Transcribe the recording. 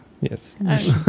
Yes